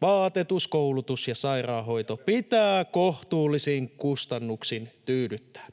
vaatetus, koulutus ja sairaanhoito — pitää kohtuullisin kustannuksin tyydyttää.